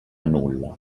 nulla